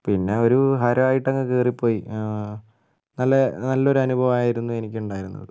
പിന്നെ ഒരു ഹരായിട്ടങ്ങ് കയറിപ്പോയി നല്ല നല്ല ഒരു അനുഭവമായിരുന്നു എനിക്കുണ്ടായിരുന്നത്